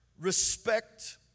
respect